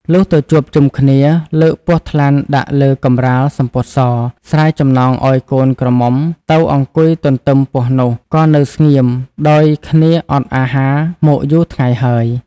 លុះទៅជួប ជុំគ្នា លើកពស់ថ្លាន់ដាក់លើកំរាលសំពត់ស ស្រាយចំណងឱ្យកូនក្រមុំទៅអង្គុយទន្ទឹម ពស់នោះ ក៏នៅស្ងៀមដោយគ្នា អត់អាហារមកយូរថ្ងៃហើយ ។